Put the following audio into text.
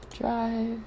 Drive